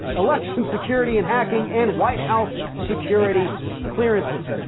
election security and hacking, and white house security clearances.